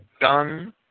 done